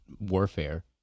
warfare